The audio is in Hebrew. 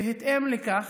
בהתאם לכך,